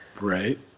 Right